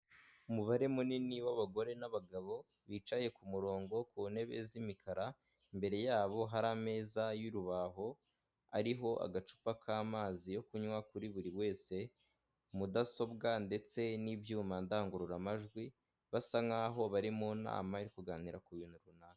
Umubare munini w'abagore n'abagabo bicaye ku murongo ku ntebe z'imikara, imbere yabo hari ameza y'urubaho ariho agacupa k'amazi yo kunywa kuri buri wese mudasobwa ndetse n'ibyuma ndangururamajwi basa nkaho bari mu nama yo kuganira ku bintu runaka.